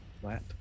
flat